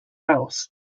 house